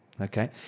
Okay